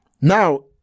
Now